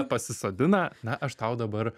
pasisodina na aš tau dabar